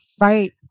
Right